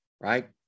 right